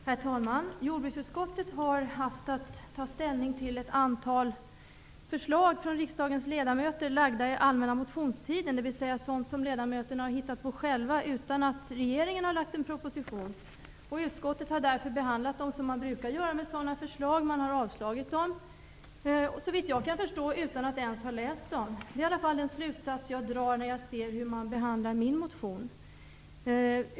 Herr talman! Jordbruksutskottet har haft att ta ställning till ett antal förslag från riksdagens ledamöter väckta under den allmänna motionstiden, dvs. sådana förslag som ledamöterna har hittat på själva utan att regeringen har lagt fram en proposition. Utskottet har därför behandlat dem som man brukar göra med sådana förslag: Man avstyrker dem utan att, såvitt jag kan förstå, ens ha läst dem. Det är i alla fall den slutsats jag drar när jag ser hur utskottet behandlat min motion.